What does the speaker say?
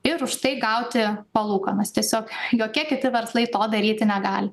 ir už tai gauti palūkanas tiesiog jokie kiti verslai to daryti negali